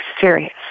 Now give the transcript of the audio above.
serious